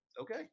Okay